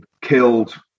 killed